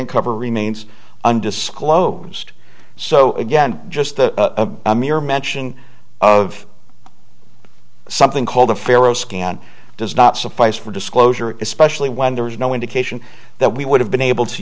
uncover remains undisclosed so again just a mere mention of something called the farrow scan does not suffice for disclosure especially when there was no indication that we would have been able to